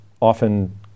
often